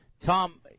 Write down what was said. Tom